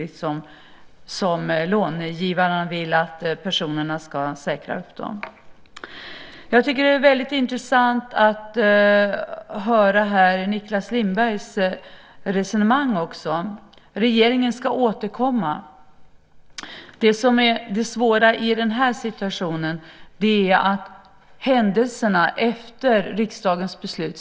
Det är sådant som långivarna vill att personerna ska ha som säkerhet för lånen. Det är intressant att höra Niclas Lindbergs resonemang här: Regeringen ska återkomma. Det svåra i den här situationen är händelserna efter riksdagens beslut.